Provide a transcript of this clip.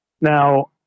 Now